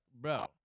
bro